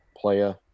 player